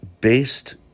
based